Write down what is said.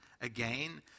Again